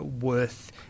worth